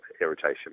irritation